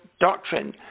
doctrine